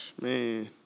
Man